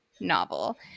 novel